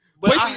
Wait